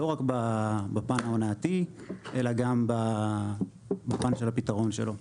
לא רק בפן ההונאתי, אלא גם בפן של הפתרון שלו.